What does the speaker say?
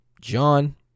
john